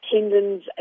tendons